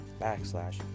backslash